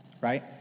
right